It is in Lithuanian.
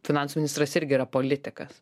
finansų ministras irgi yra politikas